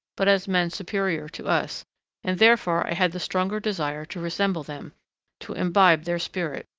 but as men superior to us and therefore i had the stronger desire to resemble them to imbibe their spirit,